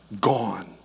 gone